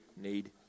need